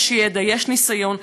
יש ידע, יש ניסיון.